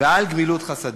ועל גמילות חסדים,